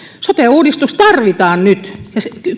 sote uudistus tarvitaan nyt